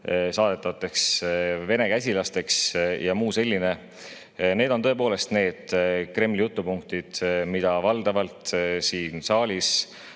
saadetavateks Vene käsilasteks ja muu selline – need on tõepoolest need Kremli jutupunktid, mida valdavalt siin saalis